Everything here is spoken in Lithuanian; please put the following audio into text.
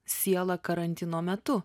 sielą karantino metu